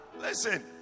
Listen